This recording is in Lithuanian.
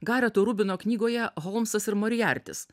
gareto rubino knygoje holmsas ir moriartis